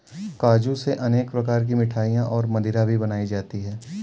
काजू से अनेक प्रकार की मिठाईयाँ और मदिरा भी बनाई जाती है